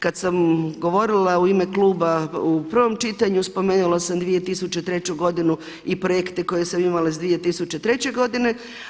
Kada sam govorila u ime kluba u prvom čitanju spomenula sam 2003. godinu i projekte koje sam imala iz 2003. godine.